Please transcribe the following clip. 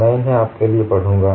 मैं उन्हें आपके लिए पढ़ूंगा